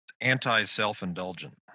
anti-self-indulgent